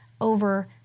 over